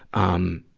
um,